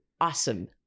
awesome